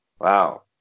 wow